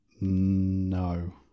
No